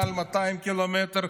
מעל 200 ק"מ,